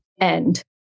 end